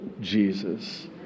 Jesus